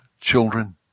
children